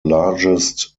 largest